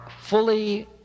fully